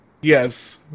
Yes